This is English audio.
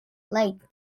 like